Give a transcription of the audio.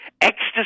ecstasy